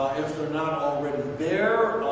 if they're not already there.